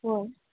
ꯎꯝ